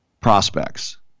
prospects